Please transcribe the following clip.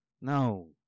no